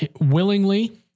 willingly